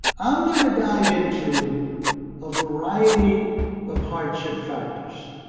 am going to dive into a variety of hardship factors,